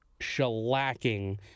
shellacking